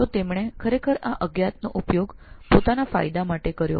તેઓએ ખરેખર આ અજ્ઞાત નો ઉપયોગ પોતાના લાભ માટે કર્યો